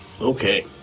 Okay